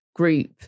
group